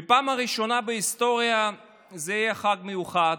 בפעם הראשונה בהיסטוריה זה יהיה חג מיוחד,